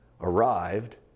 arrived